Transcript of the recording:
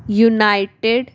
united